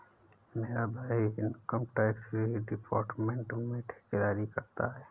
मेरा भाई income tax department में ठेकेदारी करता है